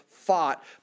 fought